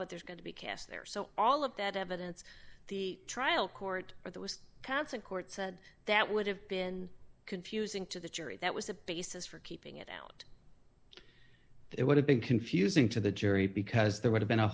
but there's going to be cast there so all of that evidence the trial court or there was constant court said that would have been confusing to the jury that was a basis for keeping it out it would have been confusing to the jury because there would have been a